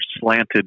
slanted